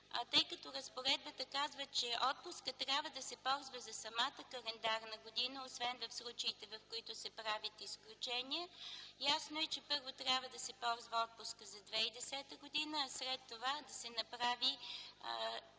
Тъй като разпоредбата казва, че отпускът трябва да се ползва за самата календарна година, освен в случаите в които се прави изключение, ясно е, че първо трябва да се ползва отпускът за 2010 г., а след това да се направи